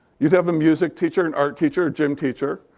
you'd have a music teacher, an art teacher, a gym teacher,